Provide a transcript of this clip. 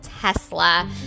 Tesla